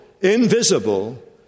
invisible